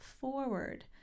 forward